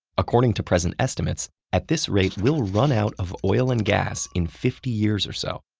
according to present estimates, at this rate, we'll run out of oil and gas in fifty years or so,